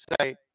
say